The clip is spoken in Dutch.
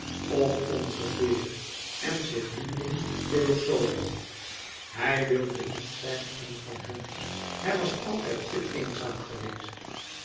of ongeveer en zich noemden theosofen hij wilde niet zijn een van hen hij was altijd te eenzaam geweest